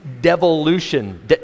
Devolution